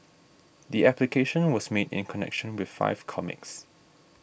the application was made in connection with five comics